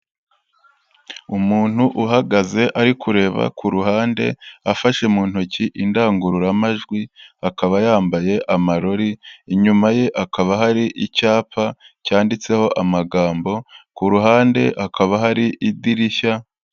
Umuntu uhagaze ari kureba ku ruhande afashe mu ntoki indangururamajwi, akaba yambaye amarori, inyuma ye hakaba hari icyapa cyanditseho amagambo, ku ruhande hakaba hari idirishya.